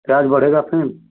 charge बढ़ेगा fin